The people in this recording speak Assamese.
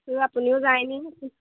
বোলো আপুনিও যায় নি